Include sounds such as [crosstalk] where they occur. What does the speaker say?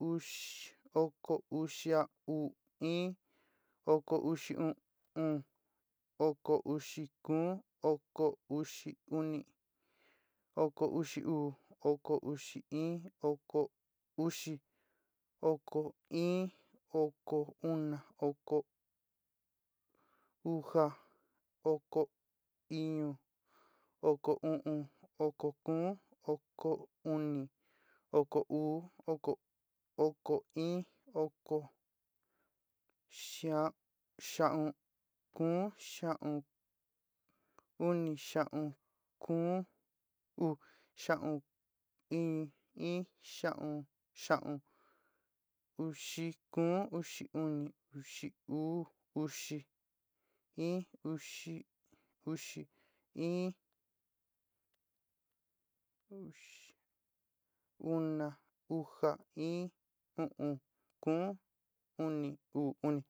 [unintelligible] oko uxi o'on iin, oko uxi o'on o'on oko uxi kóo, oko uxi oni, oko uxi uu, oko uxi iin, oko uxi, oko iin, oko ona oko [hesitation] uxa, oko iño, oko o'on, oko kóo, oko oni, oko uu, oko, oko iin, oko-xia xaón, kóo xaon, oni xaon kuu-u xaon i-iin xaon, xaon, uxi kóo, uxi uu uxi-uxi uu, uxi iin, uxi-uxi, íín [unintelligible] ona, uxa, íín, o'on, kóo, oni, uu, oni.